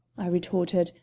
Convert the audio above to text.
i retorted,